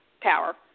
Power